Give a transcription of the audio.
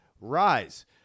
rise